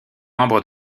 membres